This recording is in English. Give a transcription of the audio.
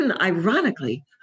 Ironically